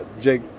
Jake